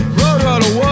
roadrunner